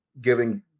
giving